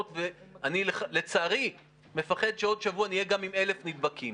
ואני לצערי מפחד שבעוד שבוע נהיה עם 1,000 נדבקים.